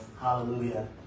Hallelujah